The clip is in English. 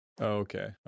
Okay